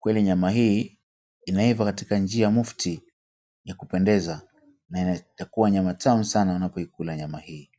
Kweli nyama hii inaiva katika njia mufti ya kupendeza na inakuwa nyama tamu sana wanapoikula nyama hii.